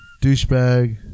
douchebag